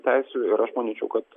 teisių ir aš manyčiau kad